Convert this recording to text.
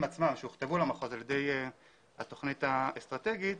עצמם שהוכתבו למחוז על ידי התכנית האסטרטגית